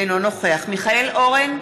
אינו נוכח מיכאל אורן,